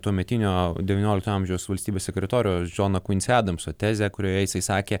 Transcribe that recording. tuometinio devyniolikto amžiaus valstybės sekretoriaus džono kuvinci adamso tezę kurioje jisai sakė